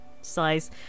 size